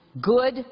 good